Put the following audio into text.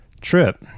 trip